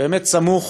סמוך